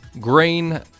Green